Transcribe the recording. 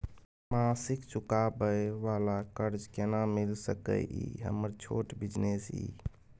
मासिक चुकाबै वाला कर्ज केना मिल सकै इ हमर छोट बिजनेस इ?